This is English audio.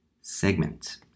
segment